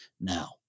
now